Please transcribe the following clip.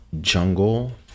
jungle